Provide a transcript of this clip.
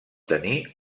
tenir